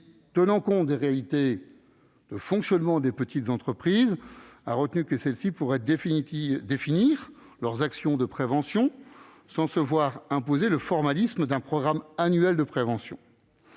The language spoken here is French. tenant compte des réalités de fonctionnement des petites entreprises, la commission a retenu que celles-ci pourraient définir leurs actions de prévention sans se voir imposer le formalisme d'un programme annuel de prévention.